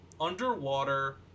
underwater